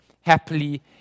Happily